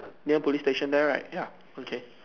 near police station there right ya okay